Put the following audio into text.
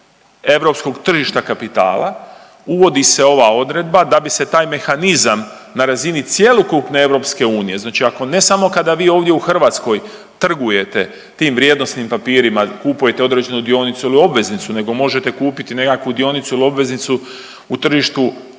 europskog tržišta kapitala uvodi se ova odredba da bi se taj mehanizam na razini cjelokupne EU znači ne samo kada vi ovdje u Hrvatskoj trgujete tim vrijednosnim papirima, kupujete određenu dionicu ili obveznicu nego možete kupiti nekakvu dionicu ili obveznicu u tržištu drugih